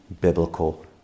biblical